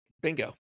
Bingo